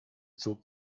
zog